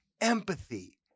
empathy